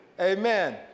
amen